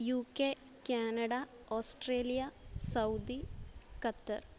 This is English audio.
UK Canada Australia Saudi Qatar